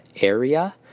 Area